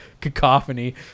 cacophony